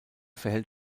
verhält